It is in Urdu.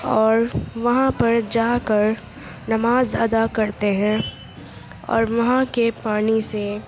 اور وہاں پر جا کر نماز ادا کرتے ہیں اور وہاں کے پانی سے